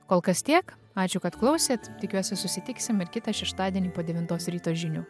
kol kas tiek ačiū kad klausėt tikiuosi susitiksim ir kitą šeštadienį po devintos ryto žinių